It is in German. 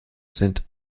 sind